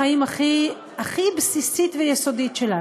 שפוגע באיכות החיים הכי הכי בסיסית ויסודית שלנו.